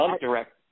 direct